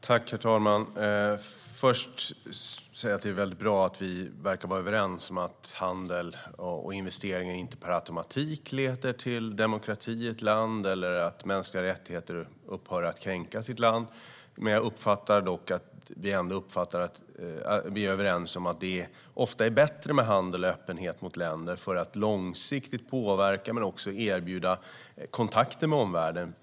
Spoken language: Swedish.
Herr talman! Det är bra att vi verkar vara överens om att handel och investeringar inte per automatik leder till demokrati i ett land eller till att mänskliga rättigheter upphör att kränkas i ett land. Jag uppfattar det dock som att vi är överens om att det ofta är bättre med handel och öppenhet mot länder för att långsiktigt kunna påverka och även erbjuda kontakter med omvärlden.